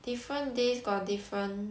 different days got different